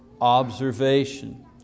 observation